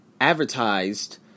advertised